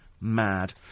mad